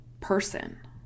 person